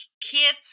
kids